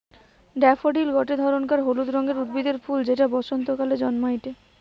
daffodil গটে ধরণকার হলুদ রঙের উদ্ভিদের ফুল যেটা বসন্তকালে জন্মাইটে